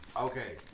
okay